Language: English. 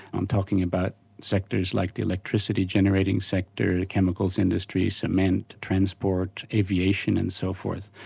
i'm talking about sectors like the electricity generating sector, the chemicals industry, cement, transport, aviation and so forth.